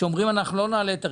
שאומרים שהם לא יעלו את הריבית,